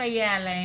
ולסייע להם.